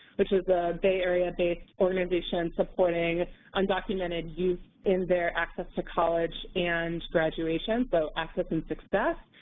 which is a bay area-based organization supporting undocumented youth in their access to college and graduation so access and success.